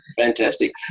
Fantastic